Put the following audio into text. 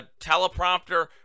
teleprompter